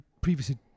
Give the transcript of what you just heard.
previously